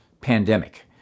pandemic